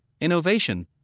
innovation